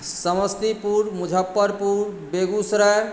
Samastipur Muzaffarpur Begusarai